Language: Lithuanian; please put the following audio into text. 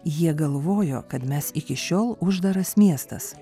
jie galvojo kad mes iki šiol uždaras miestas